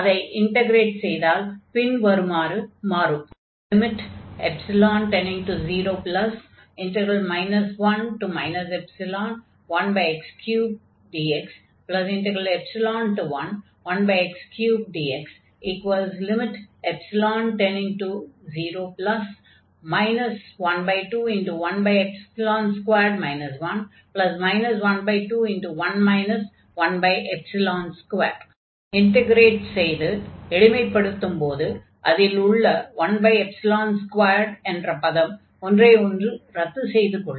அதை இன்டக்ரேட் செய்தால் பின்வருமாறு மாறும் 1 ϵ1x3dx11x3dx 1212 1 121 12 இன்டக்ரேட் செய்து எளிமைப்படுத்தும்போது அதில் உள்ள 12 என்ற பதம் ஒன்றை ஒன்று ரத்து செய்து கொள்ளும்